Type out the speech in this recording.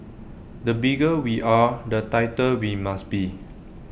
the bigger we are the tighter we must be